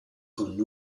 con